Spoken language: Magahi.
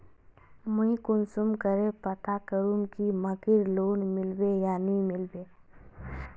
मुई कुंसम करे पता करूम की मकईर लोन मिलबे या नी मिलबे?